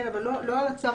כן, אבל אל על הצו